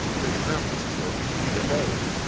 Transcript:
and it was now his turn to be obeyed!